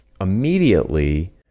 immediately